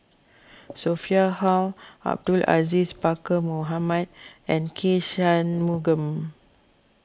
Sophia Hull Abdul Aziz Pakkeer Mohamed and K Shanmugam